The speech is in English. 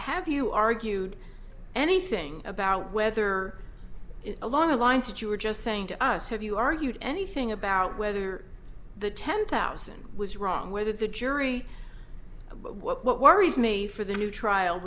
have you argued anything about whether along the lines that you were just saying to us have you argued anything about whether the ten thousand was wrong whether the jury what worries me for the new trial